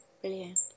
Brilliant